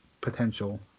Potential